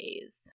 days